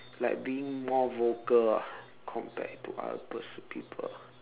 like being more vocal ah compared to other pers~ people